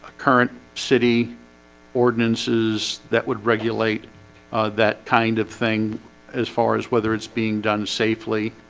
current city ordinances that would regulate that kind of thing as far as whether it's being done safely